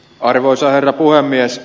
arvoisa herra puhemies